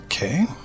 Okay